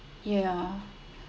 ya